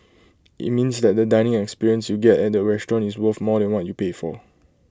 IT means that the dining experience you get at the restaurant is worth more than what you pay for